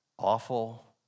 Awful